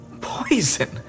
Poison